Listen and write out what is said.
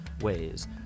ways